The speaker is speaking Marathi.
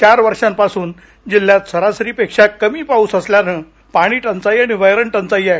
चार वर्षापासून जिल्ह्यात सरासरीपेक्षा कमी पाऊस असल्यानं पाणी टंचाई आणि वैरण टचाई आहे